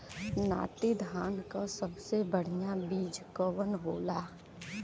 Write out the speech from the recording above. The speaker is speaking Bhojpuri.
नाटी धान क सबसे बढ़िया बीज कवन होला?